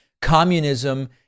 Communism